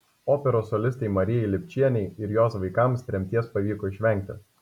operos solistei marijai lipčienei ir jos vaikams tremties pavyko išvengti